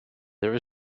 there